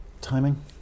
Timing